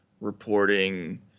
reporting